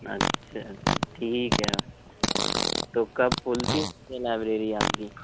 اچھا اچھا ٹھیک ہے تو کب کھلتی ہے لائبریری آپ کی